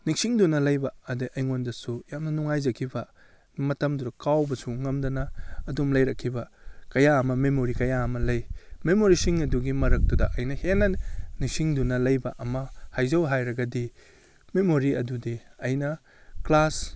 ꯅꯤꯡꯁꯤꯡꯗꯨꯅ ꯂꯩꯕ ꯑꯗꯩ ꯑꯩꯉꯣꯟꯗꯁꯨ ꯌꯥꯝꯅ ꯅꯨꯡꯉꯥꯏꯖꯈꯤꯕ ꯃꯇꯝꯗꯨꯗ ꯀꯥꯎꯕꯁꯨ ꯉꯝꯗꯅ ꯑꯗꯨꯝ ꯂꯩꯔꯛꯈꯤꯕ ꯀꯌꯥ ꯑꯃ ꯃꯦꯃꯣꯔꯤ ꯀꯌꯥ ꯑꯃ ꯂꯩ ꯃꯦꯃꯣꯔꯤꯁꯤꯡ ꯑꯗꯨꯒꯤ ꯃꯔꯛꯇꯨꯗ ꯑꯩꯅ ꯍꯦꯟꯅ ꯅꯤꯡꯁꯤꯡꯗꯨꯅ ꯂꯩꯕ ꯑꯃ ꯍꯥꯏꯖꯧ ꯍꯥꯏꯔꯒꯗꯤ ꯃꯦꯃꯣꯔꯤ ꯑꯗꯨꯗꯤ ꯑꯩꯅ ꯀ꯭ꯂꯥꯁ